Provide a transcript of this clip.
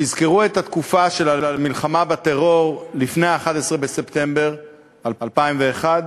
תזכרו את התקופה של המלחמה בטרור לפני ה-11 בספטמבר 2001,